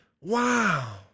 Wow